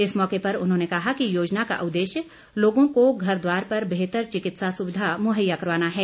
इस मौके पर उन्होंने कहा कि योजना का उददेश्य लोगों को घर द्वार पर बेहतर चिकित्सा सुविधा मुहैया करवाना है